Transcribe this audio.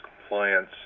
compliance